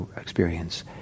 experience